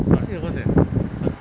是好玩 neh